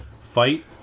fight